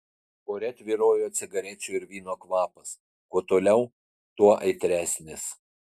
ore tvyrojo cigarečių ir vyno kvapas kuo toliau tuo aitresnis